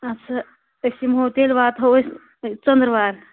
اَدسا أسۍ یِمو تیٚلہِ واتو أسۍ ژٔندٕر وار